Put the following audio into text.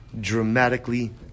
dramatically